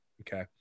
Okay